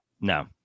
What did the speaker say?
No